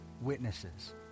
witnesses